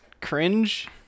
cringe